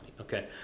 okay